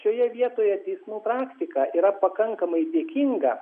šioje vietoje teismų praktika yra pakankamai dėkinga